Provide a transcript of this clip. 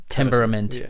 temperament